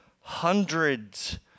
hundreds